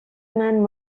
man